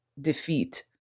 defeat